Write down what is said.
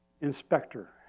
inspector